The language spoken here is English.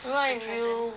then what if you